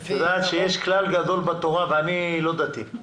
אני לא דתי,